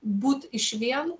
būt išvien